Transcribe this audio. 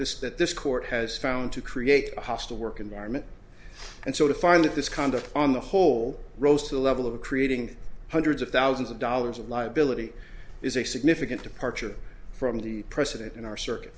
that this court has found to create a hostile work environment and so to find that this conduct on the whole rose to the level of creating hundreds of thousands of dollars of liability is a significant departure from the precedent in our circuit